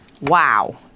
Wow